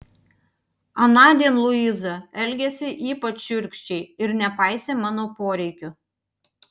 anądien luiza elgėsi ypač šiurkščiai ir nepaisė mano poreikių